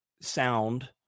sound